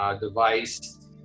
device